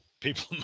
people